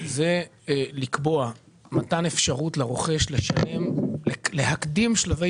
זה לקבוע מתן אפשרות לרוכש להקדים שלבי